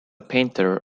painter